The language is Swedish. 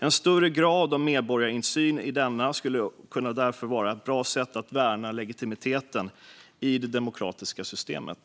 En högre grad av medborgarinsyn i denna skulle kunna vara ett bra sätt att värna legitimiteten i det demokratiska systemet.